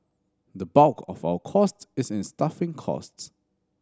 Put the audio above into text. the bulk of our costs is in staffing costs